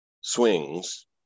swings